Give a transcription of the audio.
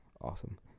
awesome